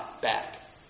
back